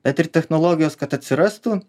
bet ir technologijos kad atsirastų